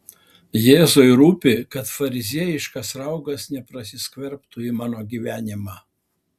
jėzui rūpi kad fariziejiškas raugas neprasiskverbtų į mano gyvenimą